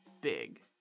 big